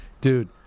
Dude